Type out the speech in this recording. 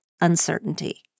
uncertainty